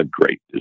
great